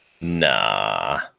nah